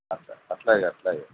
at అట్లాగే అట్లాగే